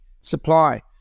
supply